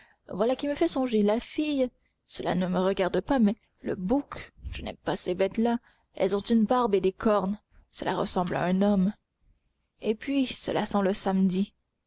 voilà qui me fait songer la fille cela ne me regarde pas mais le bouc je n'aime pas ces bêtes-là elles ont une barbe et des cornes cela ressemble à un homme et puis cela sent le samedi